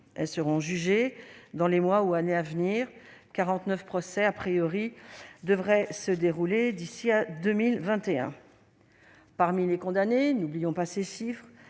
Elles seront jugées dans les mois ou années à venir : 49 procès devraient se dérouler d'ici à 2021. Parmi les condamnés- n'oublions pas ces chiffres